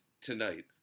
tonight